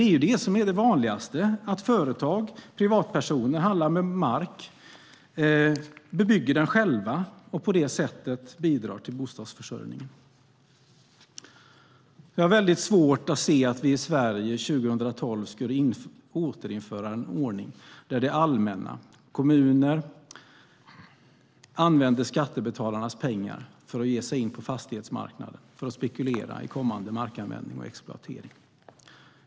Det vanligaste är ju att företag och privatpersoner handlar med mark och bebygger den och på det sättet bidrar till bostadsförsörjningen. Jag har svårt att se att vi i Sverige 2012 skulle återinföra en ordning där det allmänna, kommunerna, använder skattebetalarnas pengar för att ge sig in på fastighetsmarknaden och spekulera i kommande markanvändning och exploatering.